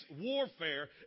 warfare